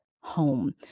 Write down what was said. home